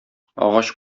агач